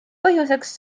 põhjuseks